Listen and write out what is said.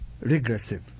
regressive